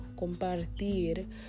compartir